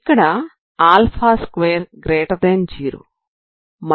ఇక్కడ 20 మరియు x∈R